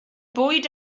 bwyd